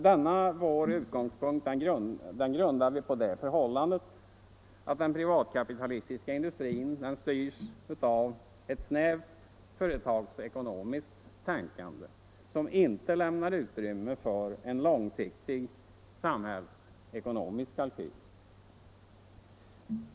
Denna vår utgångspunkt grundar vi på det förhållandet att den privatkapitalistiska industrin styrs av ett snävt företagsekonomiskt tänkande, som inte lämnar utrymme för en långsiktig samhällsekonomisk kalkyl.